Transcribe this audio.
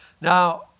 Now